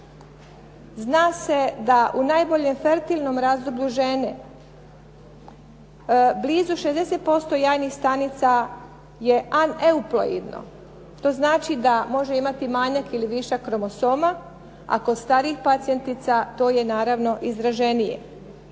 Zna se da u najboljem fertilnom razdoblju žene blizu 60% jajnih stanica je an euploidno. To znači da može imati manjak ili višak kromosoma, a kod starijih pacijentica to je naravno izraženije.